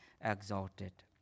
exalted